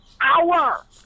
hour